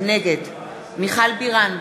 נגד מיכל בירן,